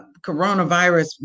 coronavirus